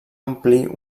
omplir